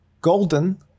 golden